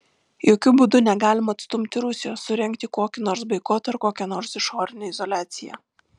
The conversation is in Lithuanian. jokiu būdu negalima atstumti rusijos surengti kokį nors boikotą ar kokią nors išorinę izoliaciją